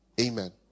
Amen